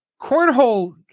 Cornhole